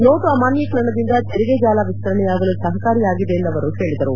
note ಅಮಾನ್ಯೀಕರಣದಿಂದ ತೆರಿಗೆ ಜಾಲ ವಿಸ್ತರಣೆಯಾಗಲು ಸಹಕಾರಿಯಾಗಿದೆ ಎಂದು ಅವರು ಹೇಳಿದರು